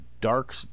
dark